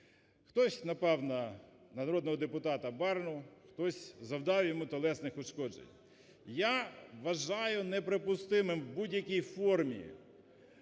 хтось напав на народного депутата Барну, хтось завдав йому тілесних ушкоджень. Я вважаю неприпустимим у будь-якій формі